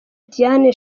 diane